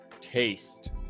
taste